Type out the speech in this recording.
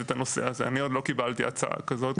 את הנושא אז אני עוד לא קיבלנו הצעה כזאת.